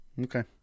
Okay